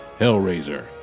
Hellraiser